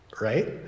Right